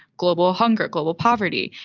global hunger, global poverty,